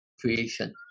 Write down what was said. creation